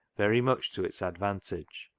very much to its advantage.